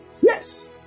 Yes